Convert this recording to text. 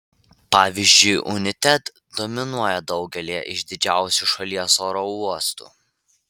pavyzdžiui united dominuoja daugelyje iš didžiausių šalies oro uostų